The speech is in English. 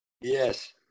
Yes